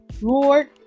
Lord